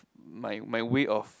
my my way of